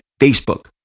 Facebook